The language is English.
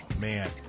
man